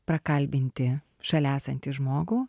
prakalbinti šalia esantį žmogų